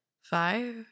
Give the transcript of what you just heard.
five